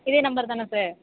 இதே நம்பர் தானே சார்